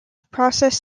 process